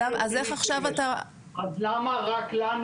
אז איך עכשיו אתה --- אז למה רק לנו